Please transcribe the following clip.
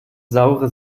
saure